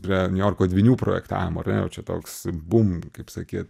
prie niujorko dvynių projektavimo ar ne jau čia toks bum kaip sakyt